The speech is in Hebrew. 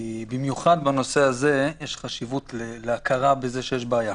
במיוחד בנושא הזה יש חשיבות להכרה בזה שיש בעיה.